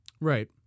Right